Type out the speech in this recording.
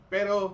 Pero